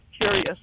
curious